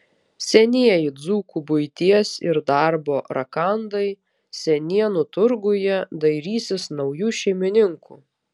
senieji dzūkų buities ir darbo rakandai senienų turguje dairysis naujų šeimininkų